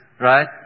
right